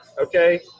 Okay